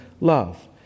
love